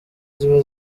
ziba